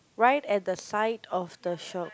right at the side of the shop